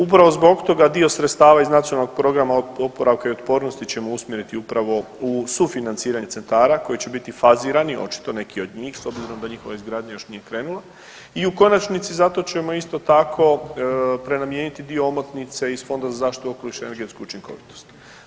Upravo zbog toga dio sredstava iz Nacionalnog programa oporavka i otpornosti ćemo usmjeriti upravo u sufinanciranje centara koji će biti fazirani očito neki od njih s obzirom da njihova izgradnja još nije krenula i u konačnici zato ćemo isto tako prenamijeniti dio omotnice iz Fonda za zaštitu okoliša i energetsku učinkovitost.